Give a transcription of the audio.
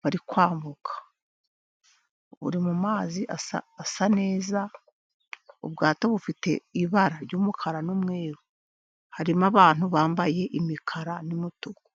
bari kwambuka, buri mu mazi asa neza. Ubwato bufite ibara ry'umukara n'umweru, harimo abantu bambaye imikara n'umutuku.